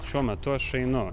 šiuo metu aš einu